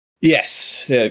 Yes